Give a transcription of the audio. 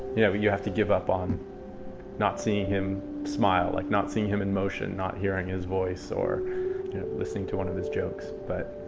you know, you have to give up on not seeing him smile, like not seeing him in motion, not hearing his voice or listening to one of his jokes. but,